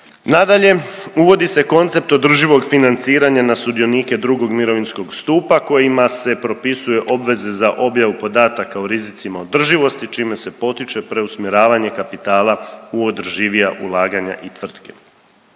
Nadalje, uvodi se koncept održivog financiranja na sudionike drugog mirovinskog stupa kojima se propisuje obveza za objavu podataka o rizicima održivosti čime se potiče preusmjeravanje kapitala u održivija ulaganja i tvrtke.